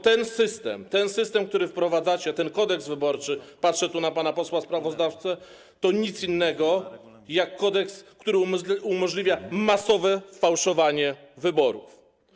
Ten system, który wprowadzacie, ten Kodeks wyborczy - patrzę tu na pana posła sprawozdawcę - to nic innego jak kodeks, który umożliwia masowe fałszowanie wyborów.